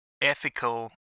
ethical